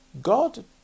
God